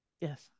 Yes